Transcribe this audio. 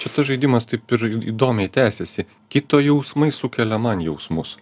čia tas žaidimas taip ir įdomiai tęsiasi kito jausmai sukelia man jausmus